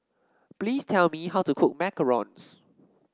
please tell me how to cook macarons